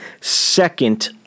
Second